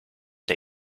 der